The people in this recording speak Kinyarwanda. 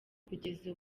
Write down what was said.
kugeza